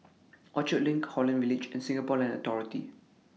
Orchard LINK Holland Village and Singapore Land Authority